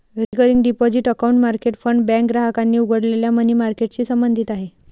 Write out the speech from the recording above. recurring deposit account market fund bank ग्राहकांनी उघडलेल्या money मार्केटशी संबंधित आहे